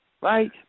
right